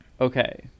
Okay